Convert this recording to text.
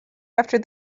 after